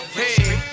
hey